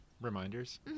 reminders